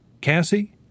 Cassie